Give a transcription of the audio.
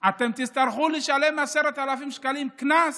אתם תצטרכו לשלם 10,000 שקלים קנס,